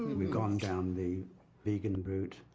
we've gone down the vegan route.